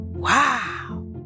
Wow